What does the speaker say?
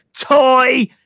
Toy